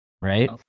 Right